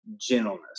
gentleness